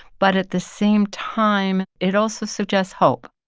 but at the same time, it also suggests hope.